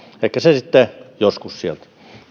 ehkä se sitten joskus sieltä